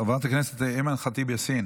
חברת הכנסת אימאן ח'טיב יאסין,